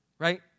Right